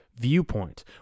viewpoint